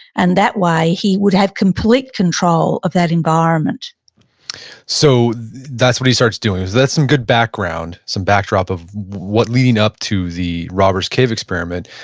and that way he would have complete control of that environment so that's what he starts doing. that's some good background, some back drop of what leading up to the robbers cave experiment.